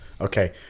Okay